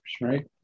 Right